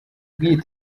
bw’iyi